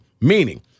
Meaning